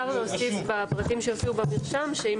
אפשר להוסיף בפרטים שיופיעו במרשם שאם